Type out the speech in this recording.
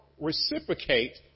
reciprocate